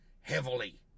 heavily